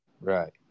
Right